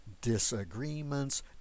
disagreements